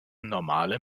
normale